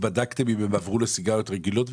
בדקתם אם בגלל המיסוי עברו מטבק לגלגול לסיגריות רגילות?